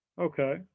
okay